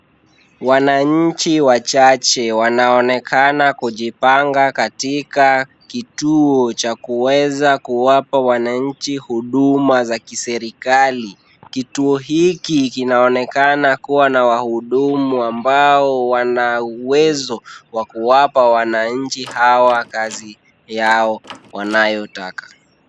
Wananchi wachache wanaonekana kujipanga katika kituo cha kuweza kuwapa wananchi huduma za kiserikali. Kituo hiki kinaonekana kuwa na wahudumu ambao wana uwezo ya kuwapa wananchi hawa kazi yao wanayotaka.